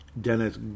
Dennis